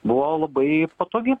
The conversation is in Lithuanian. buvo labai patogi